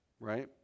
right